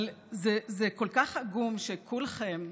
אבל זה כל כך עגום שכולכם,